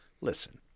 Listen